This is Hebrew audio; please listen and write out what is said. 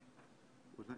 אולי